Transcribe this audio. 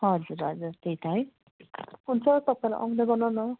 हजुर हजुर त्यही त है हुन्छ तपाईँ ल आउँदै गर्नु न